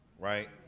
Right